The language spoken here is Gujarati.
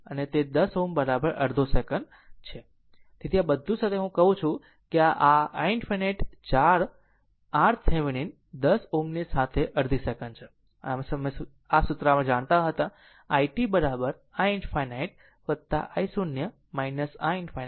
તેથી આ બધું સાથે આને હું કહું છું કે આ i ∞ 4 RThevenin 10 Ω Ω ની સાથે અડધો સેકન્ડ છે અને અમે આ સૂત્ર જાણતા હતા i t i ∞ i0 i ∞ e t